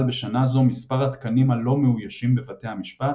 בשנה זו מספר התקנים הלא מאוישים בבתי המשפט,